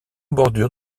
bordure